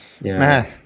Man